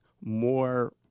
more